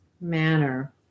manner